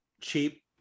cheap